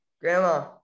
Grandma